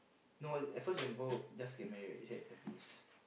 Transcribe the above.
no at first when just get married right they stay at Tampines